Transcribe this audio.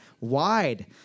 wide